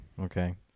okay